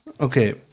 Okay